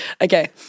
Okay